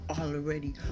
already